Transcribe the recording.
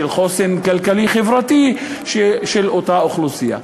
של חוסן כלכלי-חברתי של אותה אוכלוסייה.